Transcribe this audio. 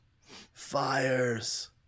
Fires